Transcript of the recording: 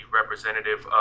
representative